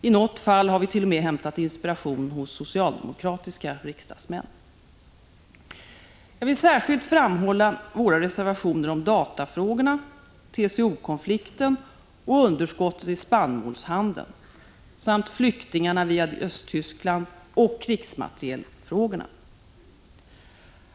I något fall har vi t.o.m. hämtat inspiration hos socialdemokratiska riksdagsmän. Jag vill särskilt framhålla våra reservationer om datafrågorna, TCO konflikten och underskottet i spannmålshandeln samt flyktingarna via Östtyskland och krigsmaterielfrågorna.